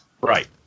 Right